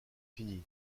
fini